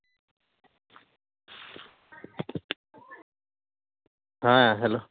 ᱦᱮᱸ ᱦᱮᱞᱳ